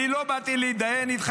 לא באתי להידיין איתך,